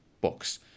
books